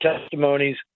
testimonies